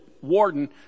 warden